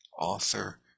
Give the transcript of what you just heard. author